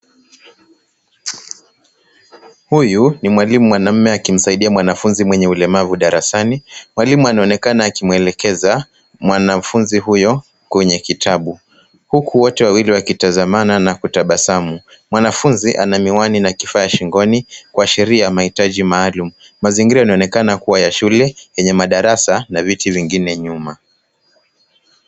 Huyu ni mwalimu mwanaume akimsaidia mwanafunzi mwenye ulemavu darasani. Mwalimu anaonekana akimuelekeza mwanafunzi huyo kqenye kitabu huku wote wawili wakitazamana na kutabasamu. Mwanafunzi ana miwani kifaa shingo kuashiria maitaji maalum .Mazingira inaonekana kuwa ya shule yenye madarasa na viti vingine nyuma.